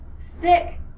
Thick